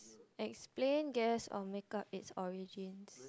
explain guess or make up its origins